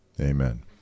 Amen